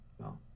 No